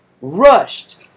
rushed